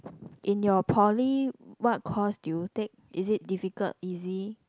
in your poly what course did you take is it difficult easy